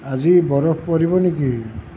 আজি বৰফ পৰিব নেকি